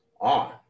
on